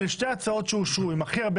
אלה שתי הצעות שאושרו עם הכי הרבה